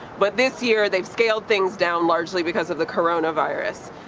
but this year, they've scaled things down, largely because of the coronavirus.